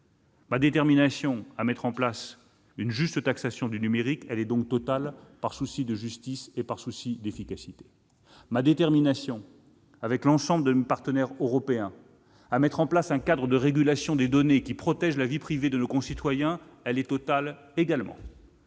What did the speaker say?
Ma détermination à mettre en oeuvre une juste taxation du numérique est donc totale, par souci de justice et par souci d'efficacité. Ma détermination, avec l'ensemble de nos partenaires européens, à instaurer un cadre de régulation des données qui protège la vie privée de nos concitoyens est elle aussi